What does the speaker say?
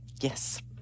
yes